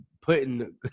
putting